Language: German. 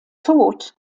tod